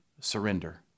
surrender